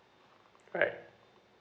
right